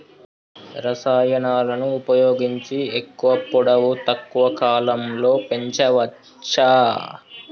రసాయనాలను ఉపయోగించి ఎక్కువ పొడవు తక్కువ కాలంలో పెంచవచ్చా?